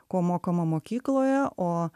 ko mokoma mokykloje o